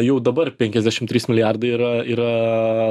jau dabar penkiasdešimt trys milijardai yra yra